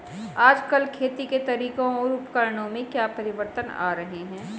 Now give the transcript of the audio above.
आजकल खेती के तरीकों और उपकरणों में क्या परिवर्तन आ रहें हैं?